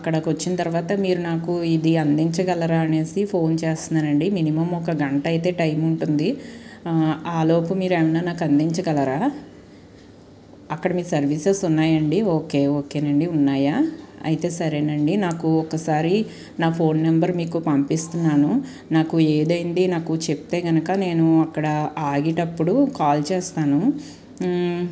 అక్కడికి వచ్చిన తర్వాత మీరు నాకు ఇది అందించగలరా అనేసి ఫోన్ చేస్తున్నానండి మినిమం ఒక గంట అయితే టైం ఉంటుంది ఆలోపు మీరేమన్నా అందించగలరా అక్కడ మీ సర్వీసెస్ ఉన్నాయండి ఓకే ఓకే నండి ఉన్నాయా అయితే సరేనండి నాకు ఒకసారి నా ఫోన్ నెంబర్ మీకు పంపిస్తున్నాను నాకు ఏదయింది నాకు చెప్తే కనుక నేను అక్కడ ఆగేటప్పుడు కాల్ చేస్తాను